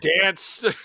dance